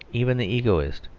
even the egoist.